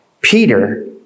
Peter